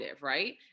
right